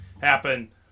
happen